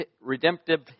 redemptive